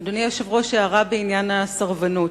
אדוני היושב-ראש, הערה בעניין הסרבנות.